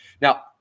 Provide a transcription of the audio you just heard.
Now